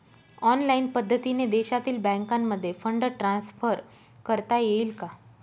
Online पद्धतीने देशातील बँकांमध्ये फंड ट्रान्सफर करता येईल का?